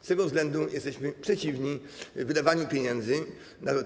Z tego względu jesteśmy przeciwni wydawaniu pieniędzy na to.